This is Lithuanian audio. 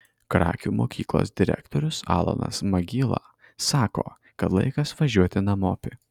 krakių mokyklos direktorius alanas magyla sako kad laikas važiuot namopi